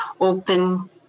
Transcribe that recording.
open